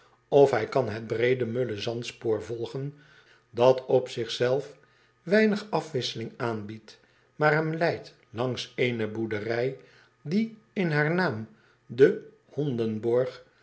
f hij kan het breede mulle zandspoor volgen dat op zichzelf weinig afwisseling aanbiedt maar hem leidt langs eene boerderij die in haar naam d